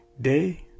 day